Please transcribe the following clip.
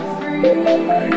free